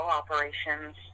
operations